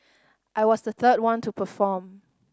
I was the third one to perform